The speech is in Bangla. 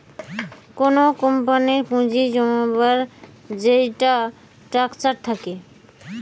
কুনো কোম্পানির পুঁজি জমাবার যেইটা স্ট্রাকচার থাকে